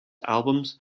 albums